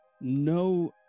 no